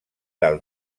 del